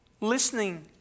listening